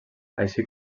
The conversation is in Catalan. així